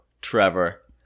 Trevor